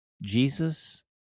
Jesus